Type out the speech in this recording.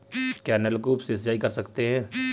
क्या नलकूप से सिंचाई कर सकते हैं?